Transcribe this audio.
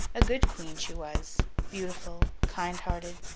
a good queen she was beautiful, kind-hearted,